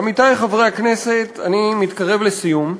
עמיתי חברי הכנסת, אני מתקרב לסיום,